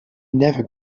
never